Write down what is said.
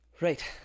Right